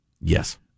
Yes